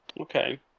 Okay